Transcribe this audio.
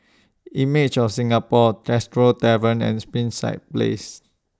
Images of Singapore Tresor Tavern and Springside Place